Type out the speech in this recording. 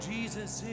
Jesus